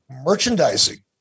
merchandising